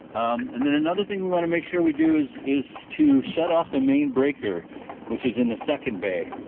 and then another thing we want to make sure we do is is to shut off the main breaker which is in the second bay.